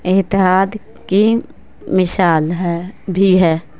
اتحاد کی مثال ہے بھی ہے